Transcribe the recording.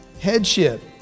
Headship